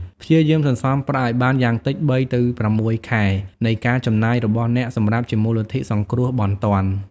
ព្យាយាមសន្សំប្រាក់ឱ្យបានយ៉ាងតិច ៣ ទៅ ៦ ខែនៃការចំណាយរបស់អ្នកសម្រាប់ជាមូលនិធិសង្គ្រោះបន្ទាន់។